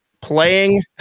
playing